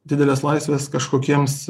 didelės laisvės kažkokiems